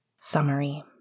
Summary